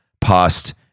past